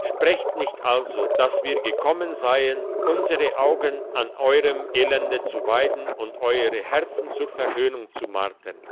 sprecht nicht also dass wir gekommen seien unsere augen an euerem elende zu weiden und euere herzen durch verhöhnung zu martern